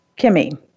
Kimmy